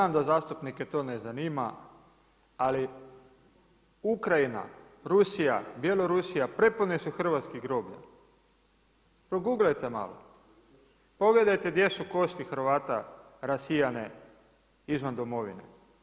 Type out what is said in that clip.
I ja znam da zastupnike to ne zanima ali Ukrajina, Rusija, Bjelorusija, prepune su hrvatskih groblja, proguglajte malo, pogledajte gdje su kosti Hrvata rasijane izvan domovine.